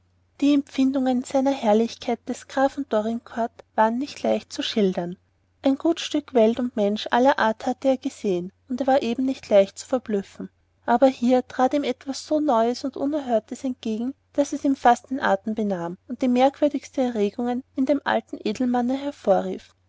die empfindungen seiner herrlichkeit des grafen dorincourt waren nicht leicht zu schildern ein gut stück welt und menschen aller art hatte er gesehen und war eben nicht leicht zu verblüffen aber hier trat ihm etwas so neues und unerhörtes entgegen daß es ihm fast den atem benahm und die merkwürdigste erregung in dem alten edelmanne hervorrief